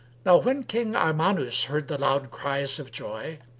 now when king armanus heard the loud cries of joy,